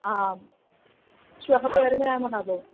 आं श्वः यामः भो